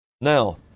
Now